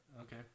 Okay